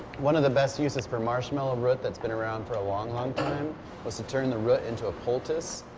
one of the best uses for marshmallow root that's been around for a long long time was to turn the root into a poultice.